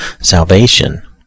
salvation